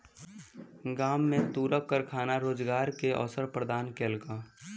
गाम में तूरक कारखाना रोजगार के अवसर प्रदान केलक